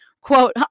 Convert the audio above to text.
Quote